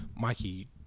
Mikey